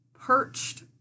perched